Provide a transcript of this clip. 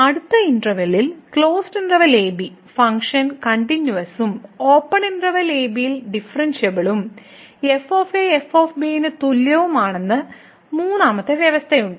അടുത്ത ഇന്റെർവെല്ലിലെ a b function കണ്ടിന്യൂവസും ഓപ്പൺ ഇന്റെർവെല്ലിലെ a b ഡിഫറെന്ഷ്യബിളും f f ന് തുല്യമാണെന്ന് മൂന്നാമത്തെ വ്യവസ്ഥയുമുണ്ട്